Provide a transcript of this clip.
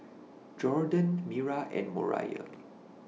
Jorden Mira and Moriah